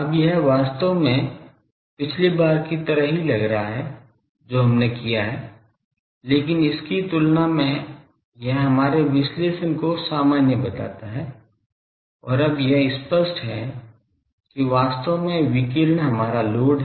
अब यह वास्तव में पिछली बार की तरह ही लग रहा है जो हमने किया है लेकिन इसकी तुलना में यह हमारे विश्लेषण को सामान्य बनाता है और अब यह स्पष्ट है कि वास्तव में विकिरण हमारा लॉड है